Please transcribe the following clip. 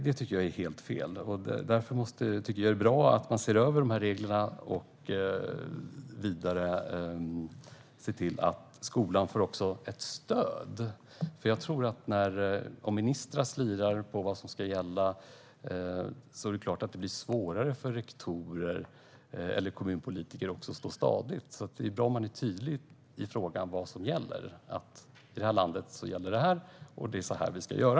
Det tycker jag är helt fel. Därför är det bra att man ser över reglerna och ser till att skolan får stöd. Om ministrar slirar om vad som ska gälla är det klart att det blir svårare för rektorer och kommunpolitiker att stå stadigt. Det är bra om man är tydlig i frågan om vad som gäller och säger: I det här landet gäller detta, och det är så här vi ska göra.